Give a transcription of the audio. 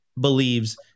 believes